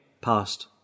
past